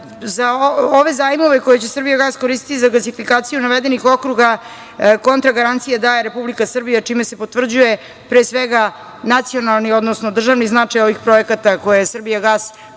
Ove zajmove koje će „Srbijagas“ koristiti za gasifikaciju navedenih okruga kontragarancije daje Republika Srbija, čime se potvrđuje pre svega nacionalni, odnosno državni značaj ovih projekata koje je „Srbijagas“ dodatno